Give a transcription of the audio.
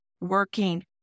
working